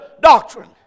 doctrine